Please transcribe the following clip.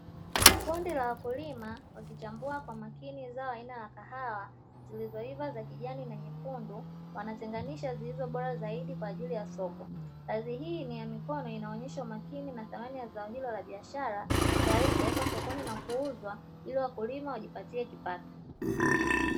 Kundi la wakulima wakichambua kwa makini zao aina ya kahawa zilizoiva za kijani na nyekundu; wanatenganisha zilizo bora zaidi kwa ajili ya soko. Kazi hii ni ya mikono na inaonyesha umakini na thamani ya zao hilo la biashara, tayari kupelekwa sokoni na kuuzwa ili wakulima wajipatie kipato.